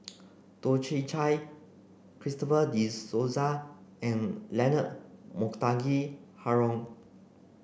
Toh Chin Chye Christopher De Souza and Leonard Montague Harrod